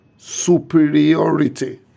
superiority